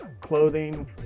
clothing